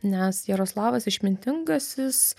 nes jaroslavas išmintingasis